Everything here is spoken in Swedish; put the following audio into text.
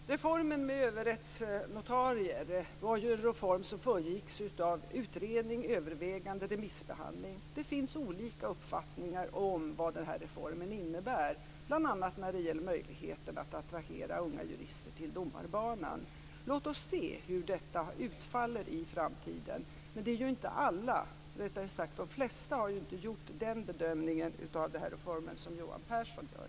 Fru talman! Reformen med överrättsnotarier var en reform som föregicks av utredning, överväganden och remissbehandling. Det finns olika uppfattningar om vad denna reform innebär bl.a. när det gäller möjligheten att attrahera unga jurister till domarbanan. Låt oss se hur detta utfaller i framtiden. Men de flesta har inte gjort den bedömning av denna reform som Johan Pehrson gör.